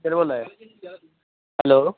hello